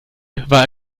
war